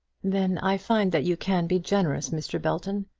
then i find that you can be generous, mr. belton.